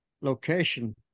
location